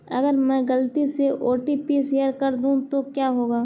अगर मैं गलती से ओ.टी.पी शेयर कर दूं तो क्या होगा?